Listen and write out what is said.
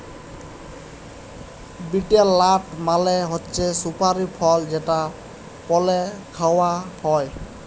betel nut মালে হছে সুপারি ফল যেট পালে খাউয়া হ্যয়